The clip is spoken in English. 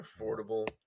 affordable